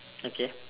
okay